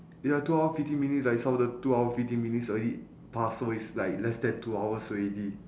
ya two hour fifty minutes like some of the two hour fifty minutes already past so it's like less than two hours already